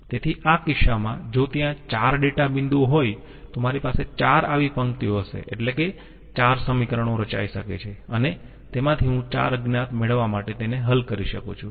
તેથી આ કિસ્સામાં જો ત્યાં 4 ડેટા બિંદુઓ હોય તો મારી પાસે 4 આવી પંક્તિઓ હશે એટલે કે 4 સમીકરણો રચાય શકે છે અને તેમાંથી હું 4 અજ્ઞાત મેળવવા માટે તેને હલ કરી શકું છું